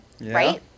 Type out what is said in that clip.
right